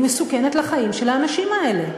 היא מסוכנת לחיים של האנשים האלה.